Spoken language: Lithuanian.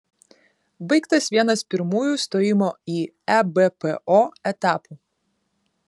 baigtas vienas pirmųjų stojimo į ebpo etapų